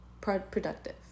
productive